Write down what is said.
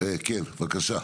כן, בבקשה.